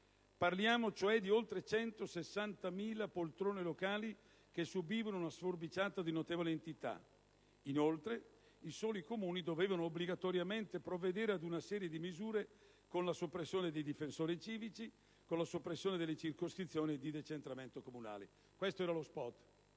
Parliamo, quindi, di oltre 160.000 poltrone locali che subivano una sforbiciata di notevole entità. Inoltre, i soli Comuni dovevano, obbligatoriamente, provvedere ad una serie di misure con la soppressione dei difensori civici e la soppressione delle circoscrizioni di decentramento comunale. Questo era lo *spot*.